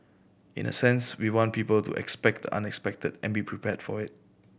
in a sense we want people to expect the unexpected and be prepared for it